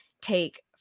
take